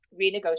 renegotiate